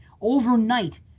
overnight